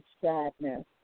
sadness